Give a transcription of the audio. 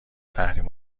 تحریم